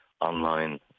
online